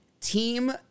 Team